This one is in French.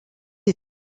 est